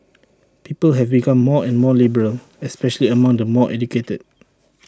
people have become more and more liberal especially among the more educated